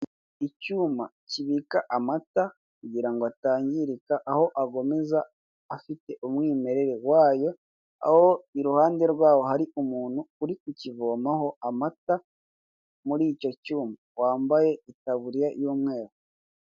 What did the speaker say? Icyuma kibika amata kugira ngo atangirika, aho agumiza afite umwimerere wayo, aho iruhande rwaho hari umuntu uri kukivomaho amata muri icyo cyuma wambaye itaburiya y'umweru.